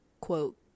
quote